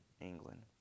England